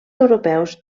europeus